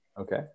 Okay